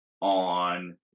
on